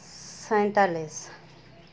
ᱥᱟᱭᱛᱟᱞᱞᱤᱥ